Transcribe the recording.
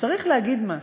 וצריך להגיד משהו,